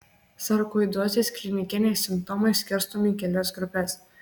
sarkoidozės klinikiniai simptomai skirstomi į kelias grupes